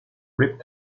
rip